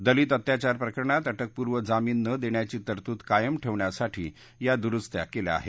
दलित अत्याचार प्रकरणात अटकपूर्व जामिन न देण्याची तरतूद कायम ठेवण्यासाठी या दुरुस्त्या केल्या आहेत